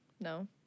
No